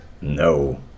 No